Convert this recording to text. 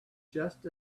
just